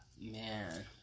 man